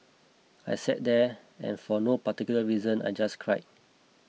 I sat there and for no particular reason I just cried